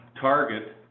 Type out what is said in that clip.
target